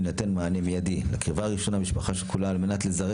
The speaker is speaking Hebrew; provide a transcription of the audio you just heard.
יינתן מענה מיידי לקרבה ראשונה במשפחה שכולה על מנת לזרז